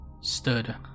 stood